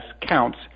counts